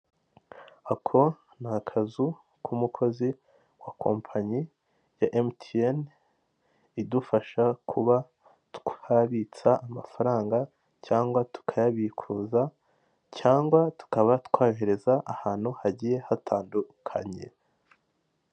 Ako ni akazu k'umukozi wa kompanyi ya emutiyene, idufasha kuba twabitsa amafaranga cyangwa tukayabikuza cyangwa tukaba twohereza ahantu hagiye hatandukanye.